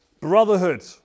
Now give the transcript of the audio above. brotherhood